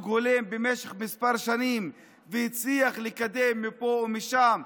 הולם במשך כמה שנים והצליח לקדם מפה ומשם,